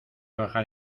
bajar